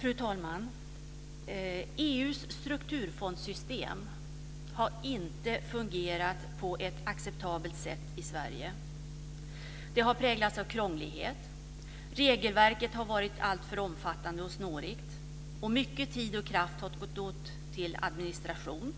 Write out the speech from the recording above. Fru talman! EU:s strukturfondssystem har inte fungerat på ett acceptabelt sätt i Sverige. Det har präglats av krånglighet. Regelverket har varit alltför omfattande och snårigt. Mycket tid och kraft har gått åt till administration.